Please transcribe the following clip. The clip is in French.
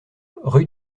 rue